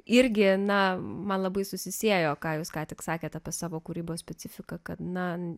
irgi na man labai susisiejo ką jūs ką tik sakėte apie savo kūrybos specifiką kad na